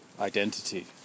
identity